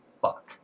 fuck